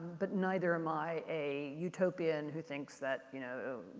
but neither am i a utopian who thinks that, you know,